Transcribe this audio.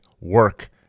work